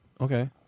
Okay